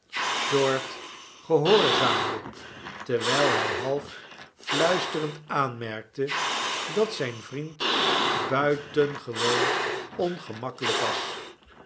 short gehoorzaamde terwijl hij half fiuistecodltn en short bij den commensaal m rend aanmerkte dat zijn vriend buitengewoon onjremakkelijk was